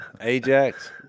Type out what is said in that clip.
Ajax